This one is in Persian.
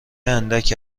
اندک